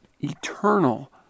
eternal